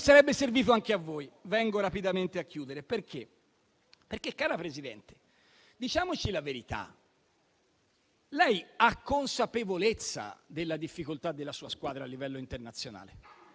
sarebbe servito anche a voi. Arrivo così rapidamente alla conclusione. Cara Presidente, diciamoci la verità, lei ha consapevolezza della difficoltà della sua squadra a livello internazionale.